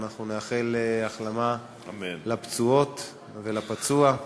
אנחנו נאחל החלמה לפצועות ולפצוע.